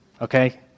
okay